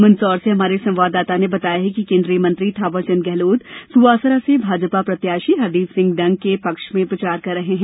मंदसौर से हमारे संवाददाता ने बताया है कि केन्द्रीय मंत्री थावर चंद गेहलोत सुवासरा से भाजपा प्रत्याशी हरदीप सिंह डंक के पक्ष में प्रचार कर रहे हैं